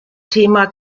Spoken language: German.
thema